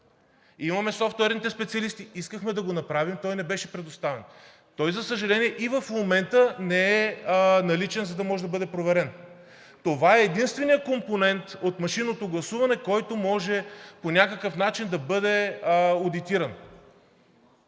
Имаме софтуерните специалисти, искахме да го направим, но той не беше предоставен. Той, за съжаление, и в момента не е наличен, за да може да бъде проверен. Това е единственият компонент от машинното гласуване, който може по някакъв начин да бъде одитиран.